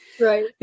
Right